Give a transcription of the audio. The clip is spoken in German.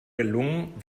gelungen